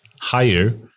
higher